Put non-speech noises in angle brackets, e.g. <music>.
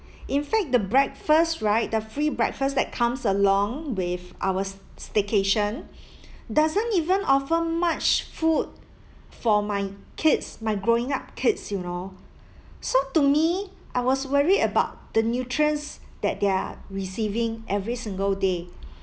in fact the breakfast right the free breakfast that comes along with our s~ staycation <breath> doesn't even offer much food for my kids my growing up kids you know so to me I was worried about the nutrients that they're receiving every single day